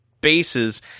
bases